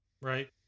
right